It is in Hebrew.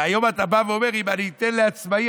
והיום אתה בא ואומר: אם אני אתן לעצמאי,